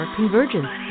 Convergence